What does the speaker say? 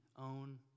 own